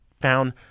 found